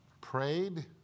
prayed